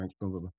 thanks